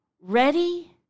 ready